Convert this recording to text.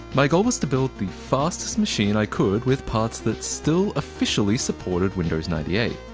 my goal was to build the fastest machine i could with parts that still officially supported windows ninety eight.